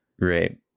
Right